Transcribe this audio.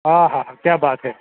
હા હા કયા બાત હે